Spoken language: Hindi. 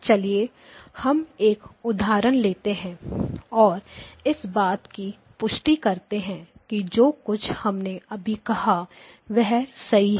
चलिए हम एक उदाहरण लेते हैं और इस बात की पुष्टि करते हैं कि जो कुछ हमने अभी कहा वह सही है